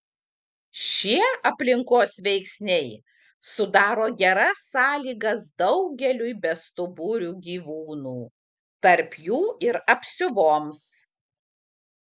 šie aplinkos veiksniai sudaro geras sąlygas daugeliui bestuburių gyvūnų tarp jų ir apsiuvoms